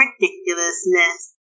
ridiculousness